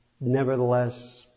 nevertheless